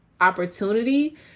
opportunity